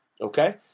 okay